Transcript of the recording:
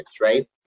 right